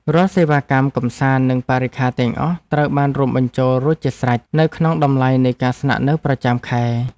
រាល់សេវាកម្មកម្សាន្តនិងបរិក្ខារទាំងអស់ត្រូវបានរួមបញ្ចូលរួចជាស្រេចនៅក្នុងតម្លៃនៃការស្នាក់នៅប្រចាំខែ។